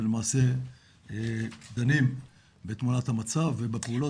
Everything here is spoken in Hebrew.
ולמעשה דנים בתמונת המצב ובפעולות.